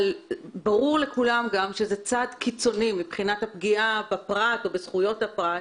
אבל ברור לכולם שזה צעד קיצוני מבחינת הפגיעה בפרט ובזכויות הפרט,